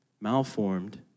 Malformed